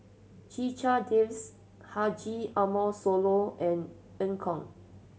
Checha Davies Haji Ambo Sooloh and Eu Kong